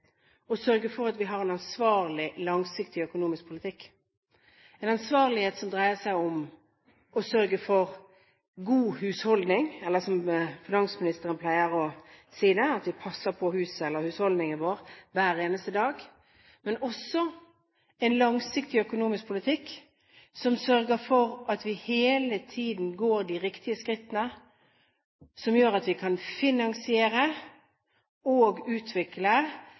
å sørge for at vi har en ansvarlig, langsiktig økonomisk politikk, en ansvarlighet som dreier seg om å sørge for god husholdning – eller slik finansministeren pleier å si det, at vi passer på huset, på husholdningen vår, hver eneste dag – men også en langsiktig økonomisk politikk som sørger for at vi hele tiden går de riktige skrittene, som gjør at vi kan finansiere og utvikle